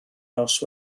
nos